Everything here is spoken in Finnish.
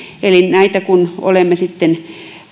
eli näitä kun olemme sitten